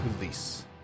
release